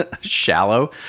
shallow